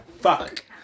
fuck